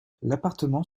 l’appartement